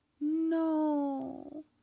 No